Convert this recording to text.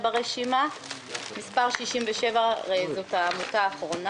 ברגע שהוצאנו מהדלת את הקריטריון